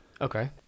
Okay